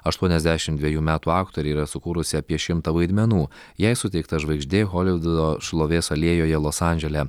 aštuoniasdešimt dvejų metų aktorė yra sukūrusi apie šimtą vaidmenų jai suteikta žvaigždė holivudo šlovės alėjoje los andžele